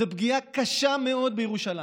זאת פגיעה קשה מאוד בירושלים.